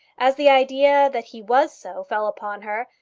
as the idea that he was so fell upon her,